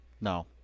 No